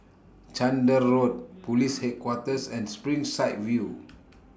Chander Road Police Headquarters and Springside View